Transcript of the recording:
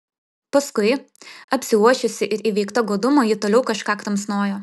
paskui apsiuosčiusi ir įveikta godumo ji toliau kažką kramsnojo